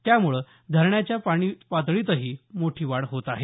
त्यामुळे धरणाच्या पाणी पातळीतही मोठी वाढ होत आहे